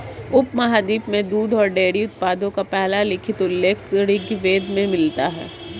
उपमहाद्वीप में दूध और डेयरी उत्पादों का पहला लिखित उल्लेख ऋग्वेद में मिलता है